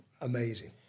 Amazing